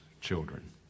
children